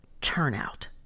turnout